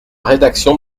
rédaction